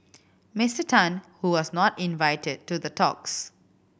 Mister Tan who was not invited to the talks